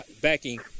backing